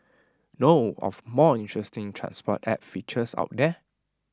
know of more interesting transport app features out there